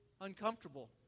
uncomfortable